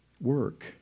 work